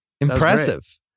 Impressive